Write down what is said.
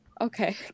okay